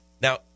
Now